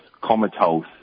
comatose